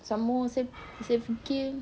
some more saya fikir